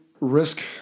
risk